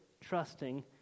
trusting